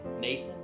Nathan